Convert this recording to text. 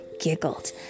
giggled